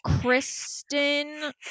Kristen